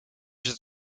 zit